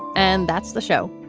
and that's the show.